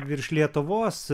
virš lietuvos